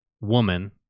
woman